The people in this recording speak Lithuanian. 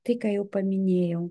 tai ką jau paminėjau